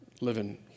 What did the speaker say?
living